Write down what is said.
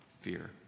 fear